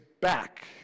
back